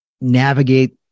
navigate